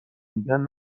میگن